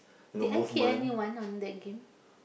did I kill anyone on that game